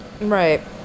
Right